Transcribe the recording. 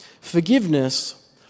Forgiveness